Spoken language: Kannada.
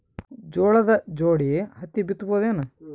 ಜೋಳದ ಜೋಡಿ ಹತ್ತಿ ಬಿತ್ತ ಬಹುದೇನು?